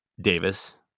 Davis